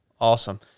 Awesome